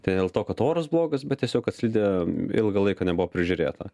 tai ne dėl to kad oras blogas bet tiesiog kad slidė ilgą laiką nebuvo prižiūrėta